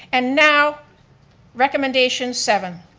and now recommendation seven,